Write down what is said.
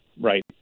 Right